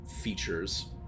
features